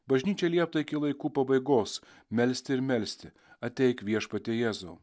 bažnyčiai liepta iki laikų pabaigos melsti ir melsti ateik viešpatie jėzau